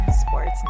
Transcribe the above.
Sports